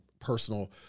personal